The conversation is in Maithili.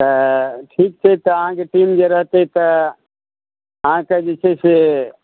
ठीक छै अहाँके टीम रहतै तऽ अहाँके जे छै से